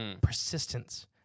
persistence